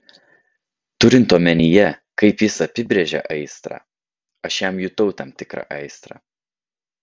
turint omenyje kaip jis apibrėžia aistrą aš jam jutau tam tikrą aistrą